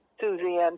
Suzanne